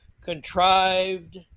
contrived